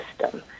system